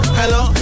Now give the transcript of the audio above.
hello